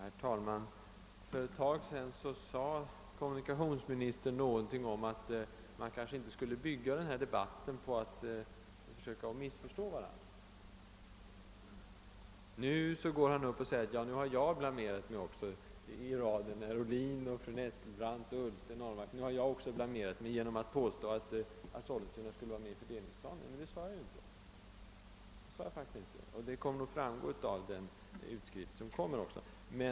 Herr talman! För ett tag sedan sade kommunikationsministern något om att man kanske inte borde bygga denna debatt på att försöka missförstå varandra. Nu säger han att också jag, i likhet med herr Ohlin, fru Nettelbrandt, herr Ullsten och herr Ahlmark har blamerat mig, genom att påstå att Sollentuna skulle vara med i fördelnings planen, men det har jag faktiskt inte gjort, vilket kommer att framgå av protokollet.